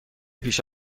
پیش